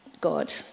God